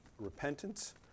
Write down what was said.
repentance